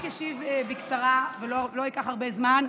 אדוני, אני אשיב בקצרה ולא אקח הרבה זמן.